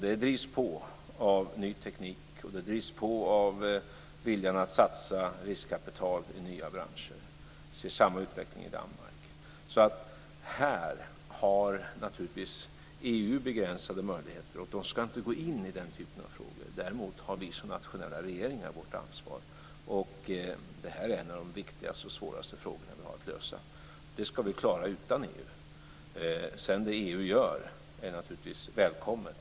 Det drivs på av ny tekniken och av viljan att satsa riskkapital i nya branscher. Vi ser samma utveckling i Danmark. Här har naturligtvis EU begränsade möjligheter och ska inte gå in i den typen av frågor. Däremot har vi som nationella regeringar vårt ansvar. Det här är en av de viktigaste och svåraste frågor som vi har att lösa. Det ska vi klara utan EU. Det som EU gör är naturligtvis välkommet.